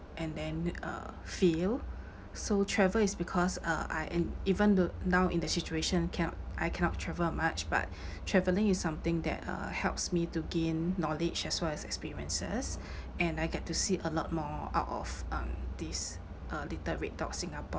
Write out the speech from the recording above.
and then uh feel so travel is because uh I en~ even though now in the situation cannot I cannot travel much but travelling is something that uh helps me to gain knowledge as well as experiences and I get to see a lot more out of um this uh little red dot singapore